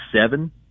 seven